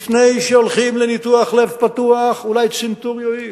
לפני שהולכים לניתוח לב פתוח, אולי צנתור יועיל.